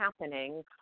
happening